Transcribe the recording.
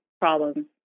problems